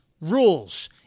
rules